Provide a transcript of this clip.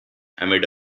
amid